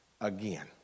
again